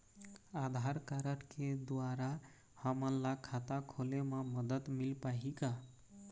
आधार card के द्वारा हमन ला खाता खोले म मदद मिल पाही का?